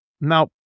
Now